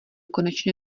konečně